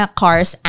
cars